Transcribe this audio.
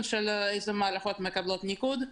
של איזה מערכות מקבלות ניקוד,